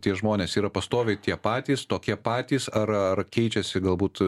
tie žmonės yra pastoviai tie patys tokie patys ar keičiasi galbūt